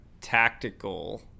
tactical